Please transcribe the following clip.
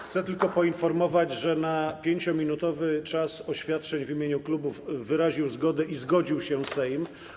Chcę tylko poinformować, że na 5-minutowy czas oświadczeń w imieniu klubów wyraził zgodę, zgodził się Sejm.